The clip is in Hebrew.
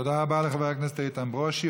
תודה רבה לחבר הכנסת איתן ברושי.